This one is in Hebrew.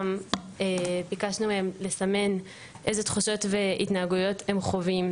ביקשנו מהם לסמן אילו תחושות והתנהגויות הם חווים,